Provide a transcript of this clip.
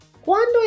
Cuando